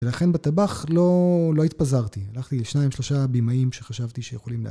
ולכן בטבח לא התפזרתי, הלכתי לשניים שלושה בימאים שחשבתי שיכולים